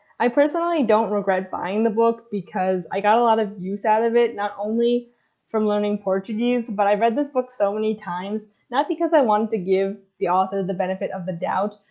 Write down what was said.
i personally don't regret buying the book because i got lot of use out of it, not only from learning portuguese, but i've read this book so many times. not because i wanted to give the author the benefit of the doubt,